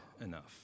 enough